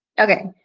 Okay